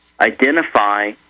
identify